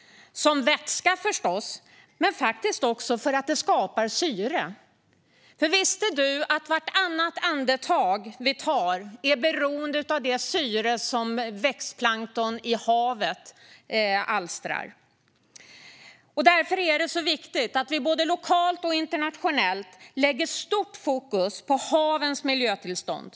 Det är det förstås som vätska, men också för att det skapar syre. För visste du att vartannat andetag vi tar är beroende av det syre som växtplankton i havet alstrar? Därför är det så viktigt att vi både lokalt och internationellt lägger stort fokus på havens miljötillstånd.